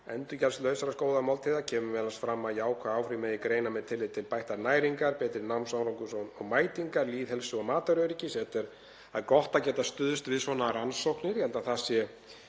endurgjaldslausra skólamáltíða. Það kemur m.a. fram að jákvæð áhrif megi greina með tilliti til bættrar næringar, betri námsárangurs og mætingar, lýðheilsu og mataröryggis. Það er gott að geta stuðst við svona rannsóknir, ég held að það sé